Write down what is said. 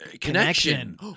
connection